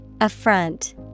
Affront